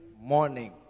morning